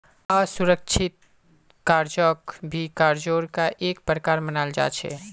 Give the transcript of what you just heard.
असुरिक्षित कर्जाक भी कर्जार का एक प्रकार मनाल जा छे